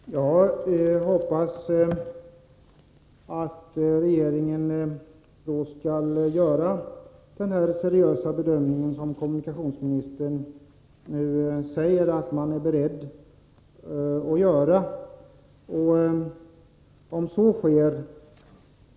Herr talman! Jag hoppas att regeringen skall göra den seriösa bedömning som kommunikationsministern nu säger att man är beredd att göra.